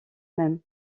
même